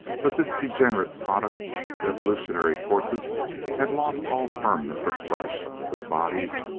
but this degenerate product of evolutionary forces had lost all firmness of flesh. their bodies,